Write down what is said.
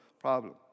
problem